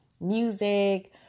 music